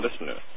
listeners